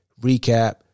recap